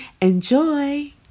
Enjoy